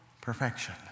perfection